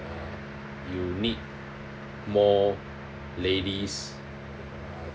uh you need more ladies